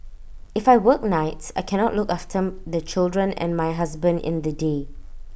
if I work nights I cannot look after the children and my husband in the day